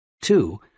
Two